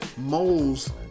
Moles